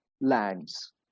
lands